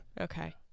Okay